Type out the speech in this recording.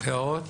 הערות?